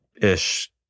ish